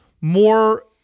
More